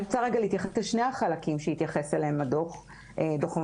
אני רוצה להתייחס לשני החלקים שהתייחס אליהם דוח המבקר.